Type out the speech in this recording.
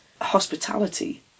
hospitality